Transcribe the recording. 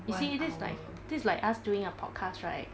you see this is like this is like us doing a podcast right